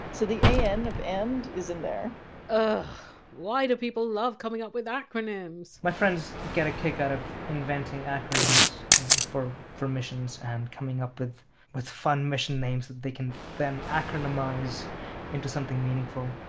so the an of and is in there why do people love coming up with acronyms? my friends get a kick out of inventing acronyms for for missions and coming up with with fun mission name that they can then acronymise into something meaningful.